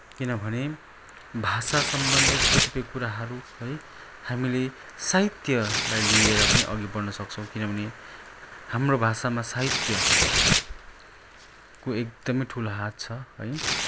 किनभने भाषा सम्बन्धित कतिपय कुराहरू है हामीले साहित्यलाई लिएर पनि अघि बढ्न सक्छौँ किनभने हाम्रो भाषामा साहित्यको एकदमै ठुलो हात छ है